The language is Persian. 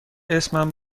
اسمم